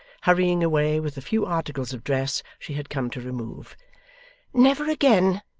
hurrying away, with the few articles of dress she had come to remove never again!